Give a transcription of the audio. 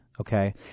okay